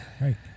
Right